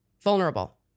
Vulnerable